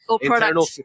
internal